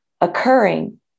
occurring